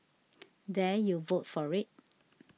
dare you vote for it